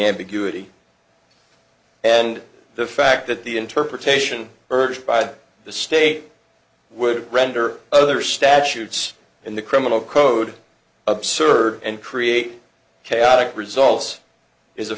ambiguity and the fact that the interpretation urged by the state would render other statutes in the criminal code absurd and create chaotic results is a